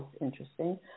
interesting